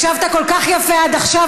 ישבת כל כך יפה עד עכשיו,